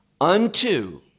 unto